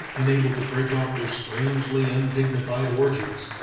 unable to break off their strangely undignified orgies.